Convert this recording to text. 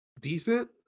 decent